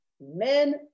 men